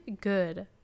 good